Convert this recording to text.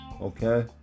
okay